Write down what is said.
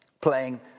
playing